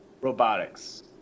robotics